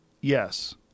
Yes